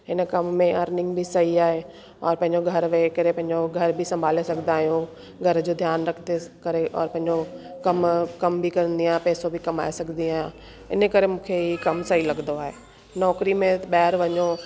हिन कमु में अरनिंग में सई आहे और पंहिंजो घर वेही करे पंहिंजो घर बि संभाले सघंदा आहियूं घर जो ध्यानु रखेदसि करे और पंहिंजो कमु कमु बि कंदी आहे पैसो बि कमाए सघंदी आहे इन करे मूंखे ई कमु सई लॻंदो आहे नौकिरी में ॿाहिरि वञो